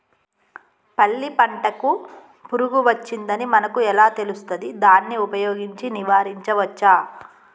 పల్లి పంటకు పురుగు వచ్చిందని మనకు ఎలా తెలుస్తది దాన్ని ఉపయోగించి నివారించవచ్చా?